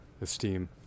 esteem